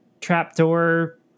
trapdoor